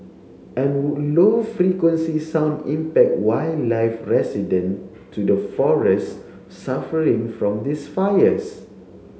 and would low frequency sound impact wildlife resident to the forest suffering from these fires